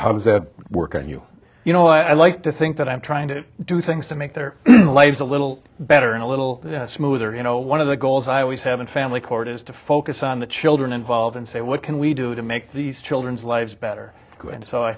does that work and you you know i like to think that i'm trying to do things to make their lives a little better and a little smoother you know one of the goals i always have in family court is to focus on the children involved and say what can we do to make these children's lives better and so i